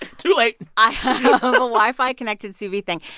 too late i have wi-fi connected sous vide thing.